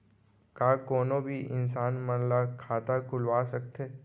का कोनो भी इंसान मन ला खाता खुलवा सकथे?